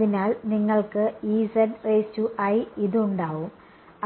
അതിനാൽ നിങ്ങൾക്ക് ഇതുണ്ടാവുo